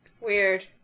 Weird